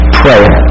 prayer